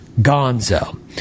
gonzo